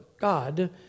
God